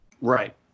Right